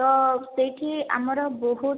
ତ ସେଇଠି ଆମର ବହୁତ